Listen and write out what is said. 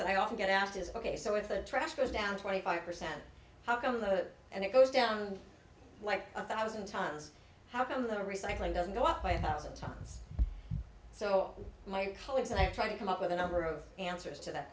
that i often get asked is ok so if the trash goes down twenty five percent of the and it goes down like a thousand times how come the recycling doesn't go up by a thousand times so my colleagues and i are trying to come up with a number of answers to that